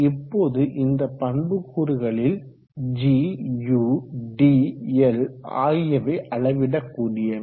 இப்போது இந்த பண்புக்கூறுகளில் g u d L ஆகியவை அளவிடக்கூடியவை